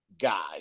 guy